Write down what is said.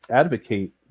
advocate